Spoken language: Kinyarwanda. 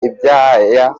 iby’aya